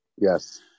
Yes